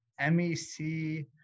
MEC